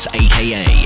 aka